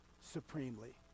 supremely